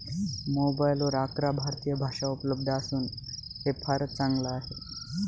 मोबाईलवर अकरा भारतीय भाषा उपलब्ध असून हे फारच चांगल आहे